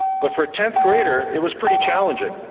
but for a tenth grader it was pretty challenging.